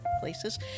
places